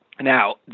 now